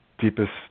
deepest